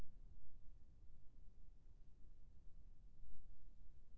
पानी ले जाय बर हसती पाइप मा छूट मिलथे?